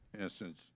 instance